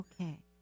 Okay